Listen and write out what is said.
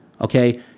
okay